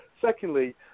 Secondly